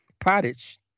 pottage